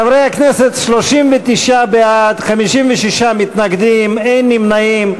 חברי הכנסת, 39 בעד, 56 מתנגדים, אין נמנעים.